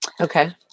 Okay